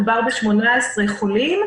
מדובר ב-18 חולים,